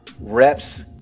Reps